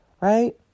right